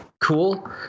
cool